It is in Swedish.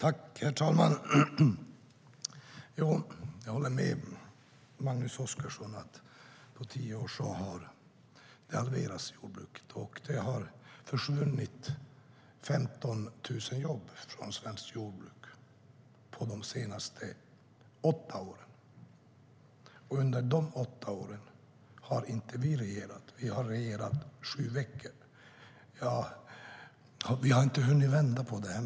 Herr talman! Jag håller med Magnus Oscarsson om att på tio år har jordbruket halverats. Det har försvunnit 15 000 jobb från svenskt jordbruk de senaste åtta åren. Under de åtta åren har inte vi regerat. Vi har regerat sju veckor. Vi har inte hunnit vända på det än.